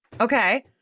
okay